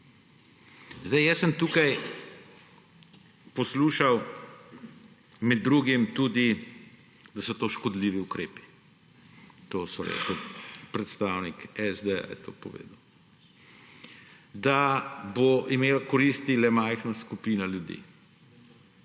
Tukaj sem poslušal med drugim tudi, da so to škodljivi ukrepi. To so rekli … Predstavnik SD je to povedal, da bo imelo koristi le majna skupina ljudi,